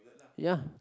ya